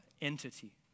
entity